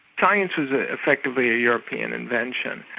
science is ah effectively a european invention,